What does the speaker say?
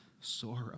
sorrow